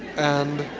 and